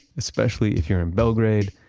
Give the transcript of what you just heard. especially if you're in belgrade,